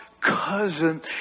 cousin